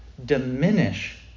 diminish